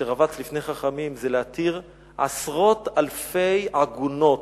שרבץ בפני חכמים, היה להתיר עשרות אלפי עגונות.